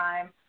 time